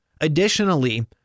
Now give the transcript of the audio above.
Additionally